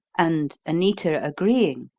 and, anita agreeing,